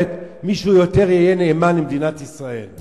מישהו יהיה יותר נאמן למדינת ישראל.